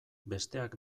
besteak